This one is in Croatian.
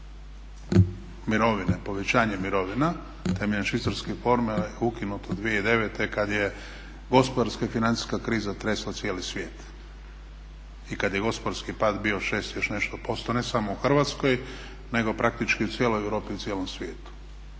mirovine, povećanje mirovina temeljem švicarske formule je ukinuto 2009. kad je gospodarska i financijska kriza tresla cijeli svijet i kad je gospodarski pad bio 6 i još nešto posto ne samo u Hrvatskoj nego praktički u cijeloj Europi i u cijelom svijetu